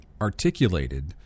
articulated